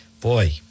boy